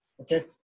Okay